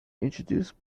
introduced